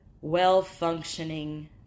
well-functioning